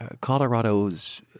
Colorado's